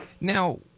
Now